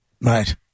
Right